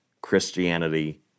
Christianity